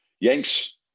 Yanks